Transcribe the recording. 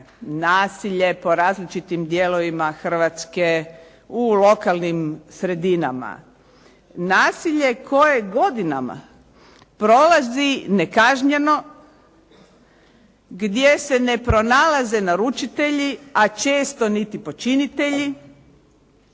nasilje po različitim dijelovima Hrvatske u lokalnim sredinama, nasilje koje godinama prolazi nekažnjeno gdje se ne prolaze naručitelji, a često niti počinitelji.